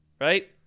right